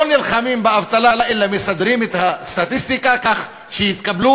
לא נלחמים באבטלה אלא מסדרים את הסטטיסטיקה כך שיתקבלו